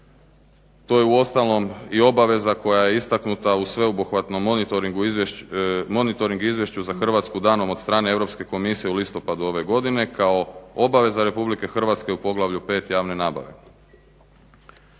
To je uostalom i obaveza koja je istaknuta u sveobuhvatnom monitoring izvješću za Hrvatsku danom od strane EU komisije u listopadu ove godine kao obaveza RH u poglavlju 5 javne nabave.